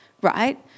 Right